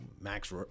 Max